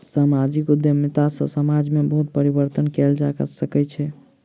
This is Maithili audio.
सामाजिक उद्यमिता सॅ समाज में बहुत परिवर्तन कयल जा सकै छै